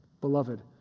Beloved